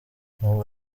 nubwo